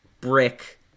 brick